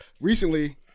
Recently